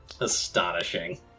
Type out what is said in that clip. Astonishing